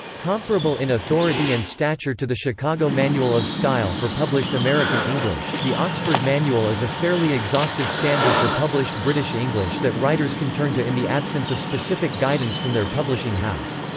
comparable in authority and stature to the chicago manual of style for published american english, the oxford manual is a fairly exhaustive standard for published british english that writers can turn to in the absence of specific guidance from their publishing house.